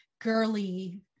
girly